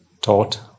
taught